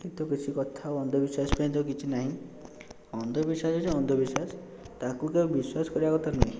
ଏଇତ କିଛି କଥା ଆଉ ଅନ୍ଧବିଶ୍ୱାସକୁ କିଛିନାହିଁ ଅନ୍ଧବିଶ୍ୱାସ ହେଉଛି ଅନ୍ଧବିଶ୍ୱାସ ତାକୁ କେବେ ବିଶ୍ୱାସ କରିବା କଥା ନୁହେଁ